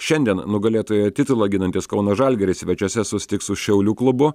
šiandien nugalėtojo titulą ginantis kauno žalgiris svečiuose susitiks su šiaulių klubu